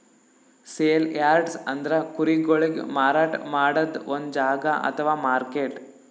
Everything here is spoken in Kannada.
ಸೇಲ್ ಯಾರ್ಡ್ಸ್ ಅಂದ್ರ ಕುರಿಗೊಳಿಗ್ ಮಾರಾಟ್ ಮಾಡದ್ದ್ ಒಂದ್ ಜಾಗಾ ಅಥವಾ ಮಾರ್ಕೆಟ್